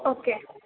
okay